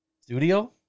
Studio